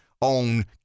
on